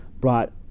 brought